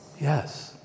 yes